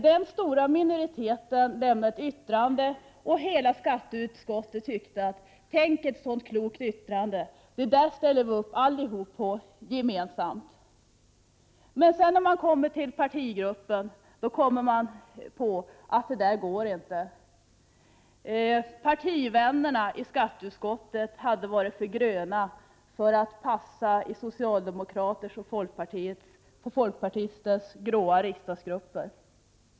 Den stora minoriteten lämnade ett särskilt yttrande, och hela skatteutskottet tyckte att det var mycket klokt och ställde sig gemensamt bakom det. Men i partigrupperna kommer man sedan på att detta inte går; partivännerna i skatteutskottet hade varit för gröna för att passa i socialdemokraters och folkpartisters gråa riksdagsgrupper.